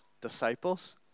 disciples